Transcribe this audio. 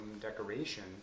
decoration